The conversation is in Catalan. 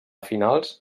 finals